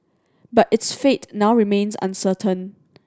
but its fate now remains uncertain